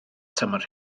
tymor